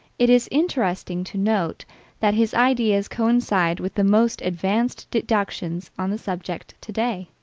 it is interesting to note that his ideas coincide with the most advanced deductions on the subject today.